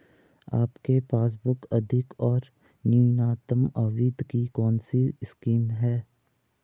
आपके पासबुक अधिक और न्यूनतम अवधि की कौनसी स्कीम है?